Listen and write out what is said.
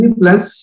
plus